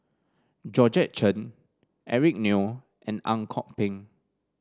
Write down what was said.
Georgette Chen Eric Neo and Ang Kok Peng